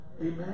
Amen